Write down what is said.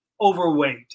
overweight